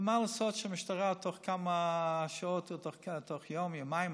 אבל מה לעשות שהמשטרה תוך כמה שעות או תוך יום או יומיים,